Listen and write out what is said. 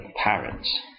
parents